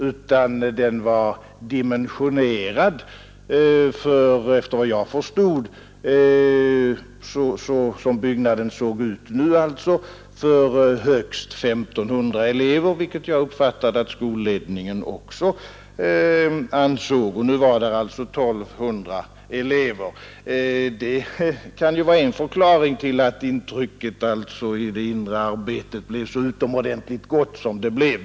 Skolbyggnaden föreföll i sitt nuvarande skick vara dimensionerad för högst 1 500 elever, vilket jag uppfattade att skolledningen också ansåg. Nu fanns där alltså 1 200 elever. Det kan ju vara en förklaring till att intrycket av det inre arbetet vid skolan blev så utomordentligt gott som det blev.